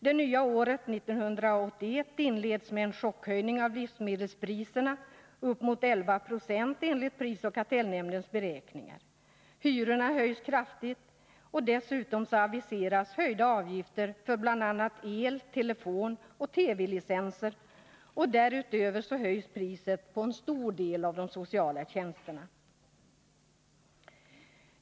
Det nya året 1981 inleds med en chockhöjning av livsmedelspriserna på uppemot 11 92 enligt prisoch kartellnämndens beräkningar. Hyrorna höjs kraftigt. Dessutom aviseras höjda avgifter för bl.a. el, telefon och TV-licenser, och därutöver höjs priset på en stor del av de sociala tjänsterna.